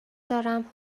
دارم